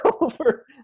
over